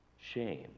shame